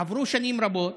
עברו שנים רבות,